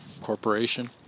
corporation